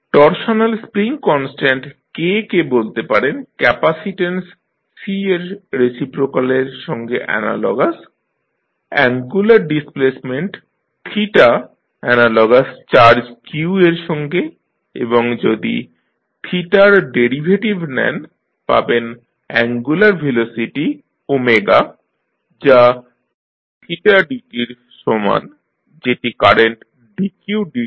torsional spring constant K কে বলতে পারেন ক্যাপাসিট্যান্স C এর রেসিপ্রোকালের সঙ্গে analogous angular displacement θ analogous charge q এর সঙ্গে এবং যদি র ডেরিভেটিভ নেন পাবেন অ্যাঙ্গুলার ভেলোসিটি যা dθdt এর সমান যেটি কারেন্ট dqdt এর সঙ্গে অ্যানালগাস